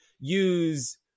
use